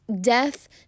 death